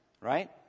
right